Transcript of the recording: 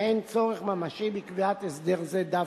ואין צורך ממשי בקביעת הסדר זה דווקא.